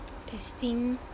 testing